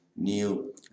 new